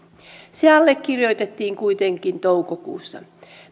se allekirjoitettiin kuitenkin toukokuussa